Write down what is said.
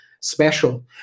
special